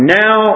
now